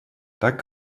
так